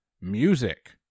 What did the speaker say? music